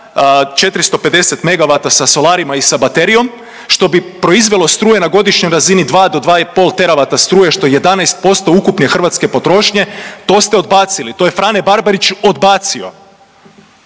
sa solarima i sa baterijom što bi proizvelo struje na godišnjoj razni 2 do 2,5 teravata struje što je 11% ukupne hrvatske potrošnje, to ste odbacili, to je Frane Barbarić odbacio.